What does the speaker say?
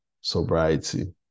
sobriety